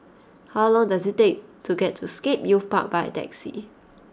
how long does it take to get to Scape Youth Park by taxi